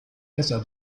besser